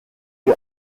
die